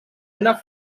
una